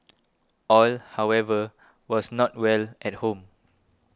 all however was not well at home